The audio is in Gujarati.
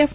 એફ